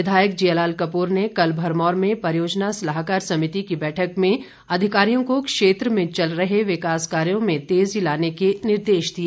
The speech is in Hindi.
विधायक जियालाल कपूर ने कल भरमौर में परियोजना सलाहाकार समिति की बैठक में अधिकारियों को क्षेत्र में चल रहे विकास कार्यों में तेजी लाने के लिए निर्देश दिए